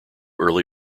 early